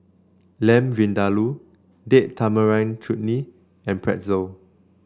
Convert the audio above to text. Lamb Vindaloo Date Tamarind Chutney and Pretzel